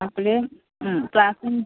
അപ്പഴ് ക്ലാസും